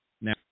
now